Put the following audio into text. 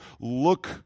look